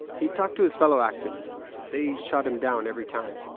he talked to his fellow activists, but they shot him down every time.